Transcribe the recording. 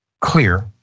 clear